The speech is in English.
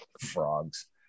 Frogs